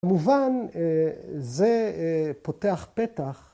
‫כמובן, זה פותח פתח.